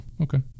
okay